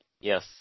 Yes